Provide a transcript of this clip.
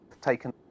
taken